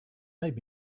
made